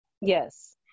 yes